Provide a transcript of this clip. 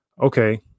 okay